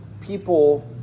people